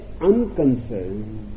unconcerned